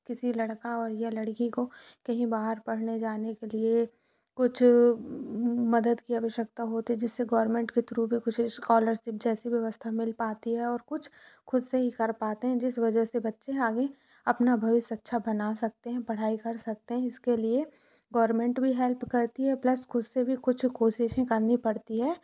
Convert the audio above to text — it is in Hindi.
किसी लड़का और या लड़की को कहीं बाहर पढ़ने जाने के लिए कुछ मदद की आवश्यकता होती है जिससे गवर्नमेंट के थ्रू भी कुछ इस्कॉलरशिप जैसी व्यवस्था मिल पाती है और कुछ ख़ुद से ही कर पाते हैं जिस वजह से बच्चे आगे अपना भविष्य अच्छा बना सकते हैं पढ़ाई कर सकते हैं इसके लिए गवर्नमेंट भी हेल्प करती है प्लस ख़ुद से भी कुछ कोशिशें करनी पड़ती है